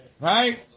Right